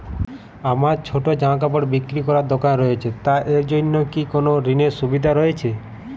আমার ছোটো জামাকাপড় বিক্রি করার দোকান রয়েছে তা এর জন্য কি কোনো ঋণের সুবিধে রয়েছে?